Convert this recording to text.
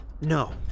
No